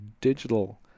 digital